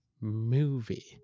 movie